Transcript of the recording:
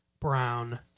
Brown